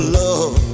love